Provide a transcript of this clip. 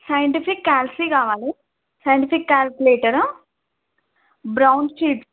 scientific క్యాల్సి కావాలి scientific calculator brown sheets